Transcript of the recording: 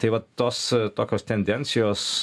tai va tos tokios tendencijos